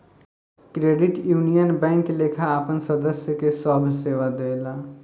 credit union एगो bank लेखा आपन सदस्य के सभ सेवा देला